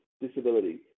disability